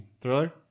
Thriller